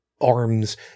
arms